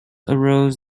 arose